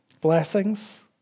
Blessings